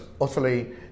utterly